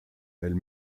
elles